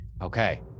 Okay